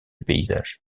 paysages